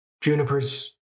Junipers